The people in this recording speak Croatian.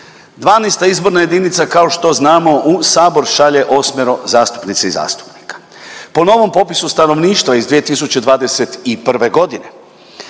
12. izborna jedinica kao što znamo u Sabor šalje osmero zastupnica i zastupnika. Po novom popisu stanovništva iz 2021. godine